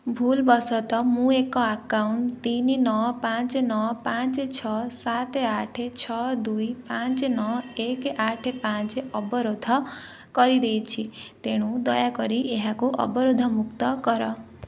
ଭୁଲ ବଶତଃ ମୁଁ ଏକ ଆକାଉଣ୍ଟ ତିନି ନଅ ପାଞ୍ଚ ନଅ ପାଞ୍ଚ ଛଅ ସାତ ଆଠ ଛଅ ଦୁଇ ପାଞ୍ଚ ନଅ ଏକ ଆଠ ପାଞ୍ଚ ଅବରୋଧ କରିଦେଇଛି ତେଣୁ ଦୟାକରି ଏହାକୁ ଅବରୋଧମୁକ୍ତ କର